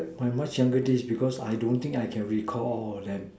my much younger days because I don't think I can recall all of them